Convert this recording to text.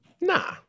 Nah